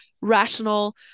rational